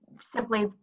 simply